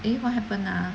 eh what happen ah